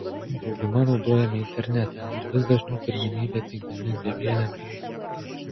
dauguma naudojame internetą ir vis dažniau pirmenybę teikdami bevieliam ryšiui